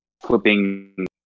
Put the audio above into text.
flipping